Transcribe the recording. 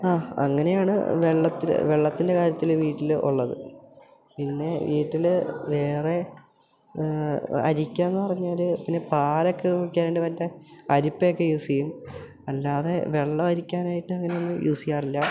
ആ അങ്ങനെയാണ് വെള്ളത്തിൽ വെള്ളത്തിൻ്റെ കാര്യത്തിൽ വീട്ടിൽ ഉള്ളത് പിന്നെ വീട്ടിൽ വേറെ അരിക്കാന്ന് പറഞ്ഞാൽ പിന്നെ പാൽ ഒക്കെ വെക്കാനണ്ട് മറ്റെ അരിപ്പയെക്കെ യൂസ് ചെയ്യും അല്ലാതെ വെള്ളം അരിക്കാനായിട്ട് അങ്ങനെയൊന്നും യൂസ് ചെയ്യാറില്ല